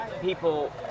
people